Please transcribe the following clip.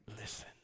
listen